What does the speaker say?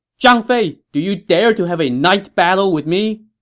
zhang fei, do you dare to have a night battle with me!